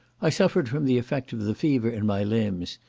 i suffered from the effect of the fever in my limbs,